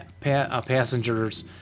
passengers